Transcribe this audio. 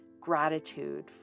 gratitude